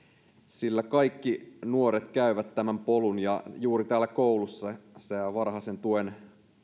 sillä kaikki nuoret käyvät tämän polun ja juuri koulussa varhaisen tuen